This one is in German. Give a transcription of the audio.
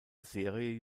serie